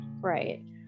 right